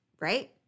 right